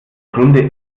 grunde